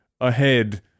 ahead